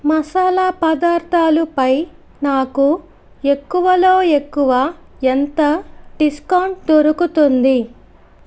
మసాలా పదార్థాలుపై నాకు ఎక్కువలో ఎక్కువ ఎంత డిస్కౌంట్ దొరుకుతుంది